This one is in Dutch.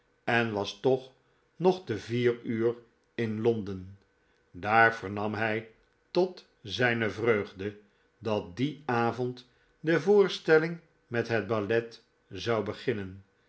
en was toch nog te vier uur in londen daar vernam hij tot zijne vreugde dat dien avond de voorstelling met het ballet zou beginnen